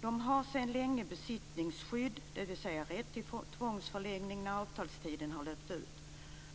De har sedan länge besittningsskydd, dvs. rätt till tvångsförlängning när avtalstiden har löpt ut.